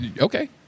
okay